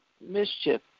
mischief